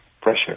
pressure